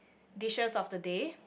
dishes of the day